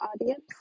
audience